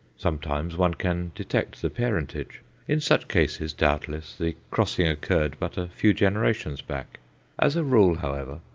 sometimes one can detect the parentage in such cases, doubtless, the crossing occurred but a few generations back as a rule, however,